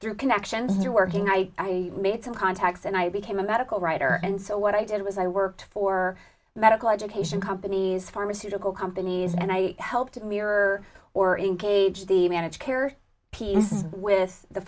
through connections to working i make some contacts and i became a medical writer and so what i did was i worked for medical education companies pharmaceutical companies and i helped mirror or engage the managed care with the